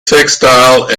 textile